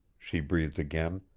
she breathed again,